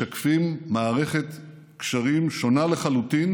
משקפים מערכת קשרים שונה לחלוטין